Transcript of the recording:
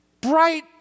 bright